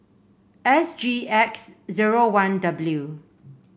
S G X zero one W